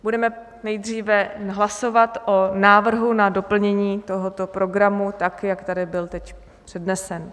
Budeme nejdříve hlasovat o návrhu na doplnění tohoto programu, tak jak tady byl teď přednesen.